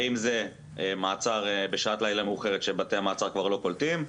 האם זה מעצר בשעת לילה מאוחרת כשבתי המעצר כבר לא קולטים,